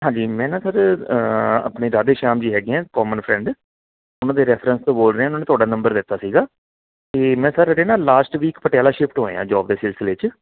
ਹਾਂਜੀ ਮੈ ਨਾ ਸਰ ਆਪਣੀ ਰਾਧੇ ਸ਼ਾਮ ਜੀ ਹੈਗੇ ਹੈ ਕੋਮਨ ਫਰੈਂਡ ਉਹਨਾਂ ਦੇ ਰੈਫਰੰਸ ਤੋਂ ਬੋਲ ਰਿਹਾ ਉਹਨਾਂ ਨੇ ਤੁਹਾਡਾ ਨੰਬਰ ਦਿੱਤਾ ਸੀਗਾ ਅਤੇ ਮੈਂ ਸਰ ਇਹਦੇ ਨਾ ਲਾਸਟ ਵੀਕ ਪਟਿਆਲਾ ਸ਼ਿਫਟ ਹੋਇਆ ਜੋਬ ਦੇ ਸਿਲਸਿਲੇ 'ਚ